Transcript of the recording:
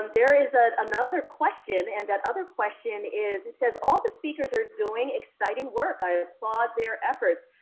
um there is a another question and that other question is it says all the speakers are doing exciting work i applaud their efforts,